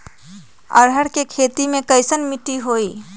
अरहर के खेती मे कैसन मिट्टी होइ?